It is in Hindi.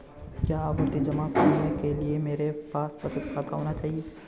क्या आवर्ती जमा खोलने के लिए मेरे पास बचत खाता होना चाहिए?